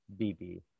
BB